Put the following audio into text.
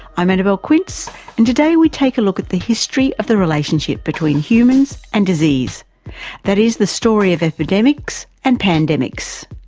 i'm annabelle quince and today we take a look at the history of the relationship between humans and disease that is, the story of epidemics and pandemics.